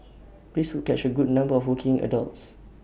this would catch A good number of working adults